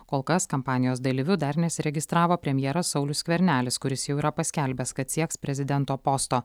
kol kas kampanijos dalyviu dar nesiregistravo premjeras saulius skvernelis kuris jau yra paskelbęs kad sieks prezidento posto